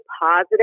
positive